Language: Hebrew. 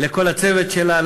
לכל הצוות שלה,